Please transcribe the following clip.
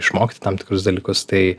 išmokti tam tikrus dalykus tai